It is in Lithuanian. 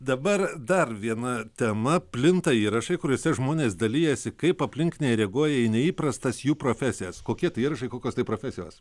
dabar dar viena tema plinta įrašai kuriuose žmonės dalijasi kaip aplinkiniai reaguoja į neįprastas jų profesijas kokie tai įrašai kokios tai profesijos